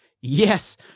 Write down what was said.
yes